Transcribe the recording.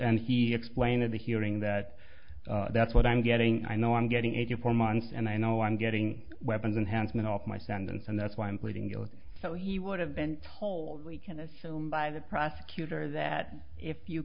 and he explained at the hearing that that's what i'm getting i know i'm getting a few for months and i know i'm getting weapons and hands me off my sentence and that's why i'm pleading guilty so he would have been told we can assume by the prosecutor that if you